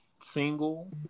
single